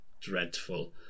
dreadful